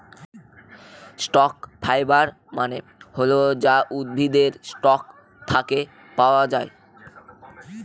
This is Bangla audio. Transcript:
স্টক ফাইবার মানে হল যা উদ্ভিদের স্টক থাকে পাওয়া যায়